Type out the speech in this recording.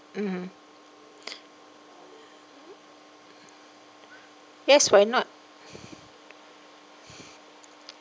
mmhmm yes why not